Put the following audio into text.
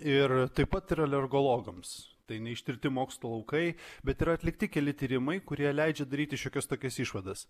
ir taip pat ir alergologams tai neištirti mokslo laukai bet yra atlikti keli tyrimai kurie leidžia daryti šiokias tokias išvadas